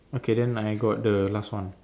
okay then I got the last one